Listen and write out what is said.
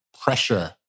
pressure